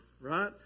right